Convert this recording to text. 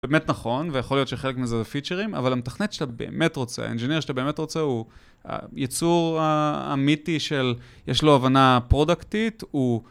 באמת נכון, ויכול להיות שחלק מזה זה פיצ'רים, אבל המתכנת שאתה באמת רוצה, האנג'יניר שאתה באמת רוצה, הוא ייצור המיתי של, יש לו הבנה פרודקטית, הוא...